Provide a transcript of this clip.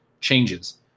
changes